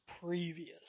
previous